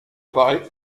paraît